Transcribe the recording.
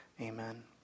Amen